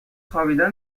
خوابیدن